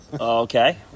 Okay